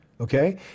okay